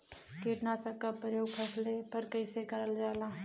कीटनाशक क प्रयोग फसल पर कइसे करल जाला?